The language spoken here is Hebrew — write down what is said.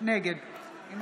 נגד מאיר